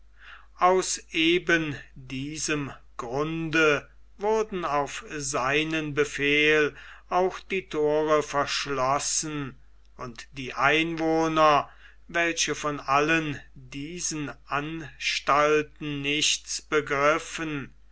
aus eben diesem grunde wurden auf seinen befehl auch die thore verschlossen und die einwohner welche von allen diesen anstalten nichts begriffen